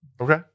Okay